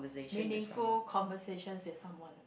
meaningful conversations with someone